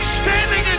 standing